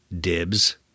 Dibs